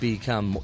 become